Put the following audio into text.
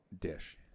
dish